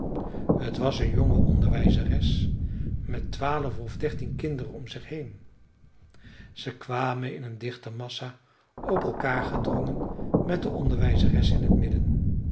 t was een jonge onderwijzeres met twaalf of dertien kinderen om zich heen ze kwamen in een dichte massa op elkaar gedrongen met de onderwijzeres in t midden